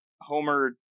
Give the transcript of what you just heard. Homer